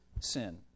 sin